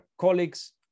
colleagues